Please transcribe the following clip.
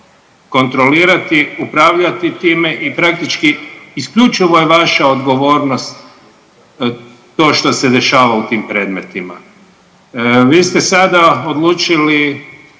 kontrolirati, upravljati time i praktički isključivo je vaša odgovornost to što se dešava u tim predmetima. Vi ste sada odlučili,